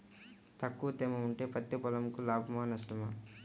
తక్కువ తేమ ఉంటే పత్తి పొలంకు లాభమా? నష్టమా?